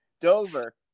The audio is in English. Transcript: Dover